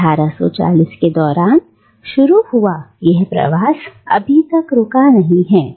1840 के दौरान शुरू हुआ यह प्रवास अभी तक रुका नहीं है